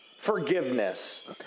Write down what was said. forgiveness